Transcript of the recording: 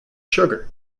sugar